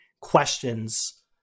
questions